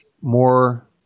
more